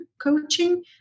coaching